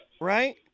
Right